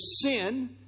sin